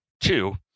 two